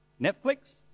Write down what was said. Netflix